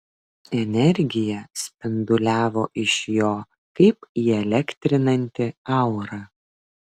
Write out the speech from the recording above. energija spinduliavo iš jo kaip įelektrinanti aura